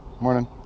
Morning